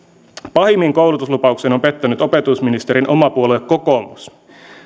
pahimmin koulutuslupauksen on pettänyt opetusministerin oma puolue kokoomus